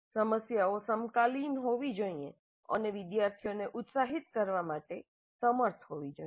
સમસ્યાઓ સમકાલીન હોવી જોઈએ અને વિદ્યાર્થીઓને ઉત્સાહિત કરવા માટે સમર્થ હોવી જોઈએ